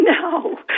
No